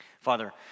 Father